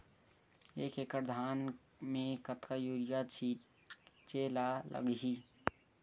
एक एकड़ धान में कतका यूरिया छिंचे ला लगही?